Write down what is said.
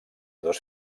dos